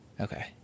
Okay